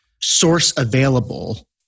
source-available